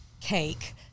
cake